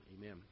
amen